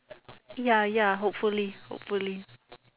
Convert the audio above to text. ya ya hopefully hopefully